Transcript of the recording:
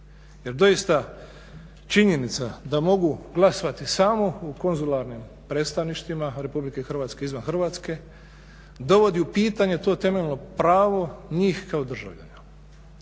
Jer doista činjenica da mogu glasovati samo u konzularnim predstavništvima RH izvan Hrvatske dovodi u pitanje to temeljno pravo njih kao državljana.